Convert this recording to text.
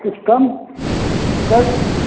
किछु कम करि